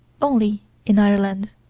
only in ireland.